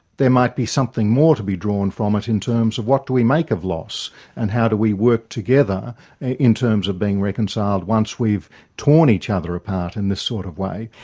there might be something more to be drawn from it in terms of what do we make of loss and how do we work together in terms of being reconciled once we've torn each other apart in this sort of way.